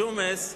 ג'ומס,